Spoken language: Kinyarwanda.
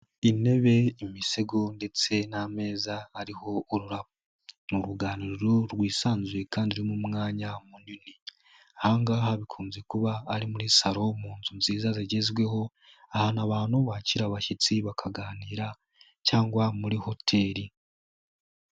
Intebe, imisego ndetse n'ameza ariho ururabo ni uruganiriro rwisanzuye kandi rurimo umwanya munini, aha ngaha bikunze kuba ari muri salo mu nzu nziza zagezweho ahantu abantu bakira abashyitsi bakaganira cyangwa muri hoteli.